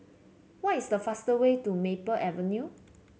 what is the fastest way to Maple Avenue